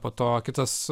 po to kitas